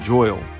Joel